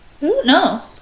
No